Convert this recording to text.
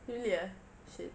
really ah shit